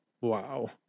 Wow